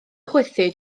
chwythu